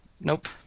nope